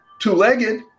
two-legged